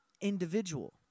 individual